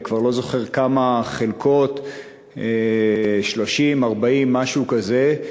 אני כבר לא זוכר כמה חלקות 30, 40, משהו כזה.